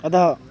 अधः